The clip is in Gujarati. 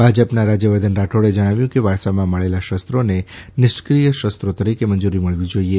ભાજપના રાજયવર્ધન રાઠૌરે જણાવ્યું કે વારસામાં મળેલાં શસ્ત્રોને નિષ્ક્રિય શસ્ત્રો તરીકે મંજૂરી મળવી જોઇએ